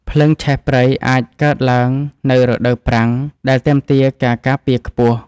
ភ្លើងឆេះព្រៃអាចកើតឡើងនៅរដូវប្រាំង ដែលទាមទារការការពារខ្ពស់។